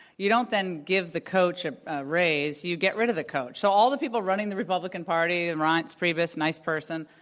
you don't then give the coach a raise. you get rid of the coach. so all of the people running the republican party, and reince priebus, nice person.